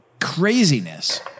craziness